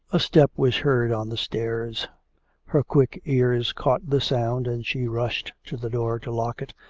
a step was heard on the stairs her quick ears caught the sound, and she rushed to the door to lock it.